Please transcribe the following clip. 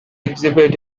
exhibit